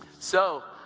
so,